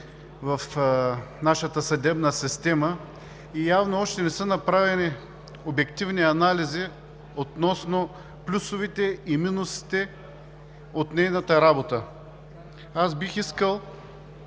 в нашата съдебна система и явно още не са направени обективни анализи относно плюсовете и минусите от нейната работа. Бих искал